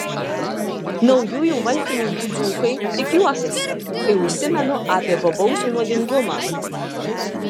naujųjų valkininkų dzūkai tik juokiasi kai užsimenu apie bobausių nuodingumą